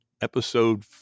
episode